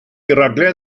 raglen